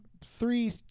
three